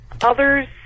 others